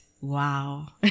wow